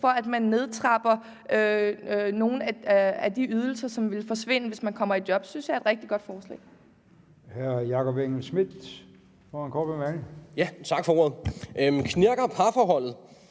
for at nedtrappe nogle af de ydelser, som vil forsvinde, hvis man kommer i job. Det synes jeg er et rigtig godt forslag.